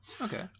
Okay